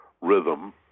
rhythm